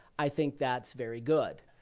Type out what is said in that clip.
i think that's very good.